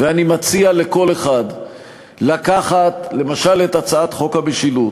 אני מציע לכל אחד לקחת למשל את הצעת חוק המשילות